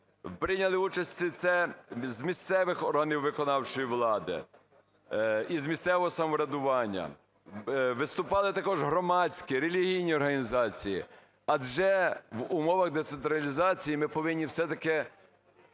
прийняли участь це з місцевих органів виконавчої влади, із місцевого самоврядування, виступали також громадські, релігійні організації. Адже в умовах децентралізації ми повинні все-таки